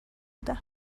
بودم